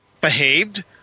behaved